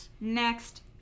next